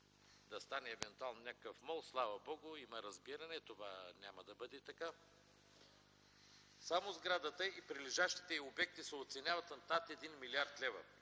да стане евентуално някакъв МОЛ. Слава Богу, има разбиране. Това няма да бъде така. Само сградата и прилежащите й обекти се оценяват на над 1 млрд. лв.